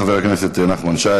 חבר הכנסת נחמן שי,